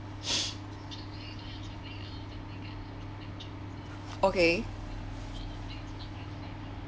okay